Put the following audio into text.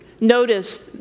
Notice